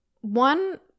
one